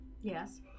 Yes